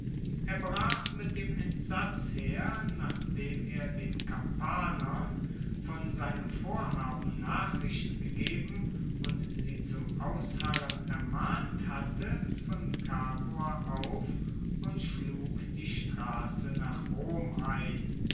er brach mit dem entsatzheer nachdem er den kampanern von seinem vorhaben nachricht gegeben und sie zum ausharren ermahnt hatte von capua auf und schlug die strasse nach rom ein